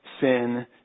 sin